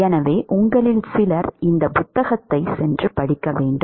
எனவே உங்களில் சிலர் இந்த புத்தகத்தை சென்று படிக்க வேண்டும்